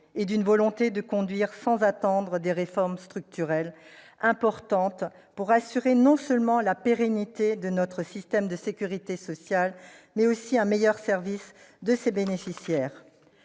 et d'une volonté de conduire sans attendre des réformes structurelles importantes pour assurer non seulement la pérennité de notre système de sécurité sociale, mais aussi un meilleur service à ses bénéficiaires.